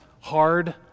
hard